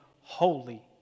holy